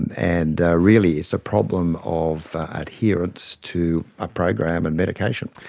and and really it's a problem of adherence to a program and medication.